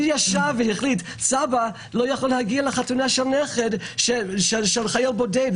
מי ישב והחליט שסבא לא יכול להגיע לחתונה של נכד שהוא חייל בודד?